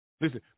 Listen